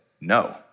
no